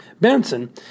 Benson